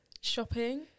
shopping